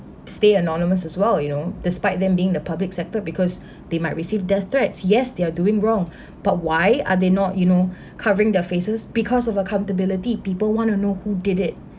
stay anonymous as well you know despite them being the public sector because they might receive death threats yes they're doing wrong but why are they not you know covering their faces because of accountability people want to know who did it